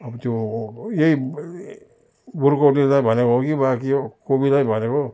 अब त्यो यही ब्रोकाउलीलाई भनेको हो कि वा के हो कोपीलाई भनेको